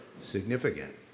significant